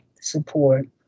support